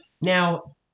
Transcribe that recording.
Now